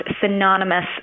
synonymous